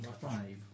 Five